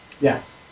Yes